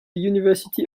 university